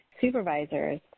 supervisors